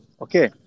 okay